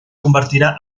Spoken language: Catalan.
convertirà